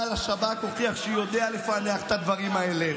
אבל השב"כ הוכיח שהוא יודע לפענח את הדברים האלה.